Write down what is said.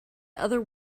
other